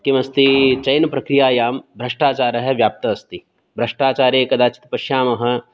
किमस्ति चयन प्रक्रियायां भ्रष्टाचारः व्याप्तः अस्ति भ्रष्टाचारे कदाचित् पश्यामः